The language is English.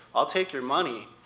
i'll take your money,